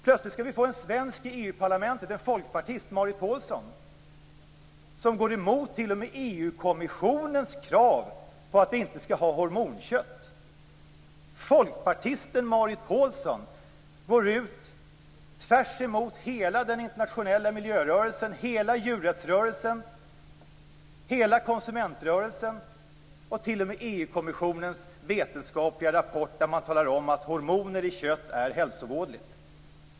Plötsligt skall vi få en svensk i EU-parlamentet, folkpartisten Marit Paulsen, som t.o.m. går emot EU kommissionens krav på att man inte skall ha hormonkött. Folkpartisten Marit Paulsen går ut tvärs emot hela den internationella miljörörelsen, hela djurrättsrörelsen, hela konsumentrörelsen och t.o.m. EU kommissionens vetenskapliga rapport där man talar om att hormoner i kött är hälsovådligt.